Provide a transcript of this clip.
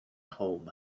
home